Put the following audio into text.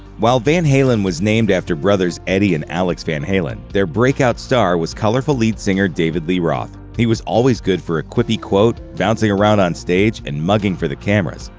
while van halen was named after brothers eddie and alex van halen, their breakout star was colorful lead singer david lee roth. he was always good for a quippy quote, bouncing around on stage, and mugging for the cameras.